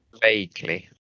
Vaguely